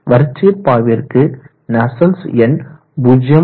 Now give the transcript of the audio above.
வரிச்சீர் பாய்விற்கு நஸ்சல்ட்ஸ் எண் 0